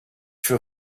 für